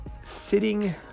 sitting